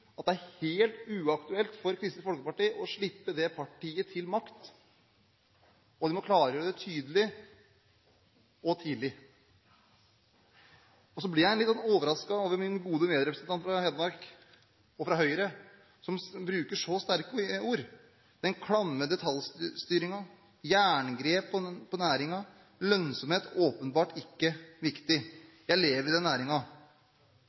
at det er helt uaktuelt for Kristelig Folkeparti å slippe det partiet til makten. De må klargjøre det tydelig – og tidlig. Så blir jeg litt overrasket over at min gode medrepresentant fra Hedmark og Høyre bruker så sterke ord som den klamme detaljstyringen, «jerngrepet» på næringen og at «lønnsomhet er åpenbart ikke særlig viktig». Jeg lever i den